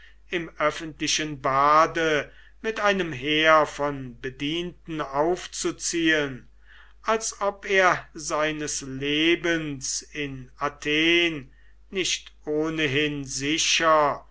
im öffentlichen bade mit einem heer von bedienten aufzuziehen als ob er seines lebens in athen nicht ohnehin sicher